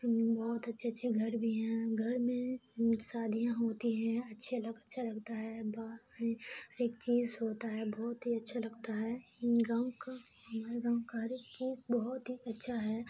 ہم بہت اچھے اچھے گھر بھی ہیں گھر میں شادیاں ہوتی ہیں اچھے اچھا لگتا ہے ہر ایک چیز ہوتا ہے بہت ہی اچھا لگتا ہے گاؤں کا ہمارے گاؤں کا ہر ایک چیز بہت ہی اچھا ہے